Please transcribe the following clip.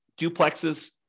duplexes